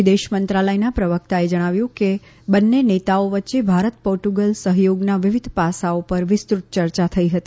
વિદેશ મંત્રાલયના પ્રવક્તાએ જણાવ્યું કે બંને નેતાઓ વચ્ચે ભારત પોર્ટુગલ સહયોગના વિવિધ પાસાઓ પર વિસ્તૃત ચર્ચા થઈ હતી